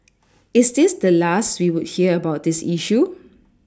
is this the last we would hear about this issue